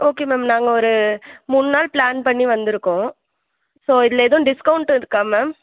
okay ma'am நாங்கள் ஒரு மூணு நாள் ப்ளான் பண்ணி வந்திருக்கோம் ஸோ இதில் எதுவும் டிஸ்கவுண்ட் இருக்கா மேம்